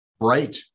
bright